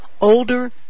older